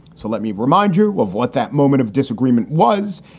so let me remind you of what that moment of disagreement was.